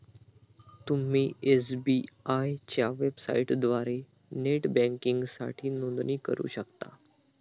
तुम्ही एस.बी.आय च्या वेबसाइटद्वारे नेट बँकिंगसाठी नोंदणी करू शकता